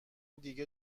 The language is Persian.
دیگه